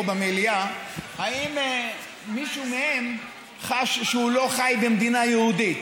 במליאה אם מישהו מהם חש שהוא לא חי במדינה יהודית.